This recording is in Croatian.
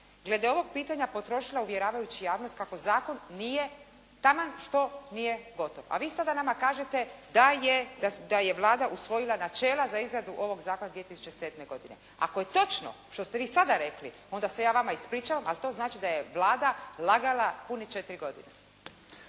glede ovog pitanja potrošila uvjeravajući javnost kako zakon nije, taman što nije gotov. A vi sada nama kažete da je, da je Vlada usvojila načela za izradu ovog zakona 2007. godine. Ako je točno što ste vi sada rekli onda se ja vama ispričavam ali to znači da je Vlada lagala pune 4 godine.